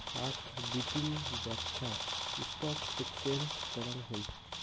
আক বিতিং ব্যপছা স্টক এক্সচেঞ্জ করাং হই